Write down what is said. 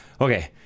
okay